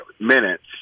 minutes